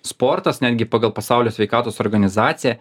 sportas netgi pagal pasaulio sveikatos organizaciją